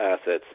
assets